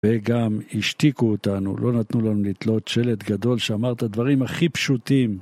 וגם השתיקו אותנו, לא נתנו לנו לתלות שלט גדול שאמר את הדברים הכי פשוטים.